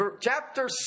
Chapter